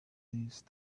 these